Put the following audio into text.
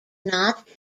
not